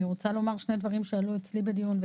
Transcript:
אני רוצה לומר שני דברים שעלו אצלי בדיון.